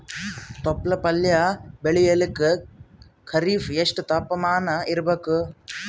ತೊಪ್ಲ ಪಲ್ಯ ಬೆಳೆಯಲಿಕ ಖರೀಫ್ ಎಷ್ಟ ತಾಪಮಾನ ಇರಬೇಕು?